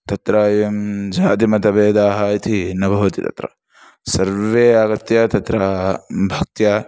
तत्र एवं जातेः मतभेदाः इति न भवति तत्र सर्वे आगत्य तत्र भक्त्या